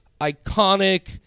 iconic